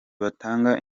batanga